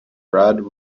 brad